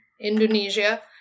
Indonesia